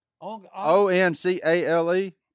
O-N-C-A-L-E